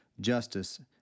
justice